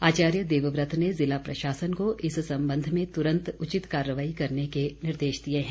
आचार्य देवव्रत ने जिला प्रशासन को इस संबंध में तुरंत उचित कार्रवाई करने के निर्देश दिए हैं